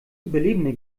überlebende